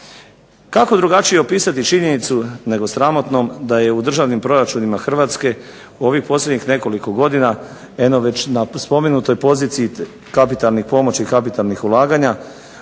Kako drugačije opisati činjenicu nego sramotnom da je u državnim proračunima Hrvatske u ovih posljednjih nekoliko godina, eno već na spomenutoj poziciji kapitalnih pomoći i kapitalnih ulaganja